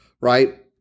right